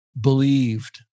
believed